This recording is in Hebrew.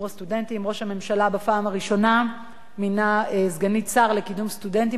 ראש הממשלה בפעם הראשונה מינה סגנית שר לקידום סטודנטים בממשלה,